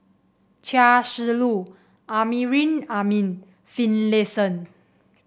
Chia Shi Lu Amrin Amin and Finlayson